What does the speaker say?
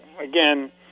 again